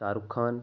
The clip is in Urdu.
شاہ رخ خان